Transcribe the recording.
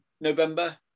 november